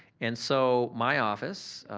and so my office